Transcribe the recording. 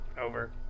Over